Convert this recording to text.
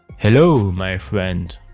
hello, my friend!